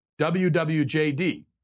WWJD